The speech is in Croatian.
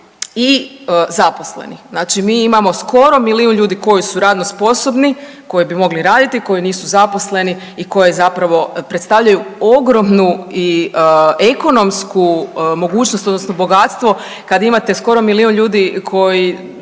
i zaposlenih. Znači mi imamo skoro milijun ljudi koji su radno sposobno koji bi mogli raditi, koji nisu zaposleni i koji zapravo predstavljaju ogromnu i ekonomsku mogućnost odnosno bogatstvo kad imate skoro milijun ljudi koji